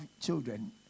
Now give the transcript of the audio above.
children